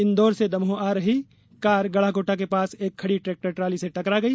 इंदौर से दमोह आ रही कार गढाकोटा के पास एक खड़ी ट्रेक्टर ट्राली से टकरा गई